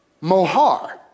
mohar